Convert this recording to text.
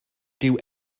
dyw